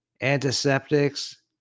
antiseptics